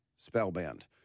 Spellbound